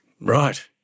Right